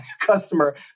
customer